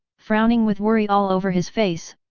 frowning with worry all over his face,